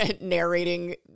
narrating